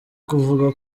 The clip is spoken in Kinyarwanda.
kuvuga